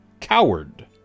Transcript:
coward